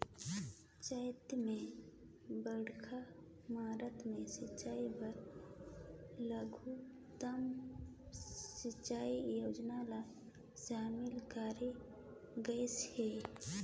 चैत मे बड़खा मातरा मे सिंचई बर लघुतम सिंचई योजना ल शामिल करे गइस हे